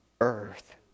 earth